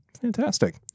fantastic